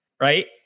right